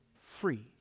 free